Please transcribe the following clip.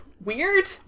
weird